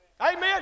Amen